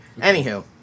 Anywho